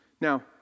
Now